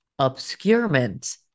obscurement